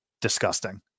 disgusting